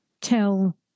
tell